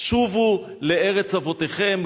שובו לארץ אבותיכם,